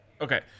okay